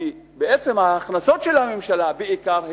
כי ההכנסות של הממשלה הן בעיקר ממסים,